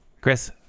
Chris